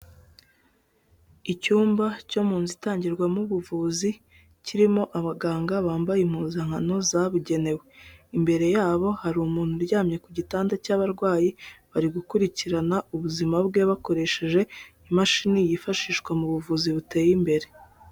Icyumba cyo mu nzu itangirwamo ubuvuzi, kirimo abaganga bambaye impuzankano zabugenewe, imbere yabo hari umuntu uryamye ku gitanda cy'abarwayi, bari gukurikirana ubuzima bwe bakoresheje imashini yifashishwa mu buvuzi buteye imbere.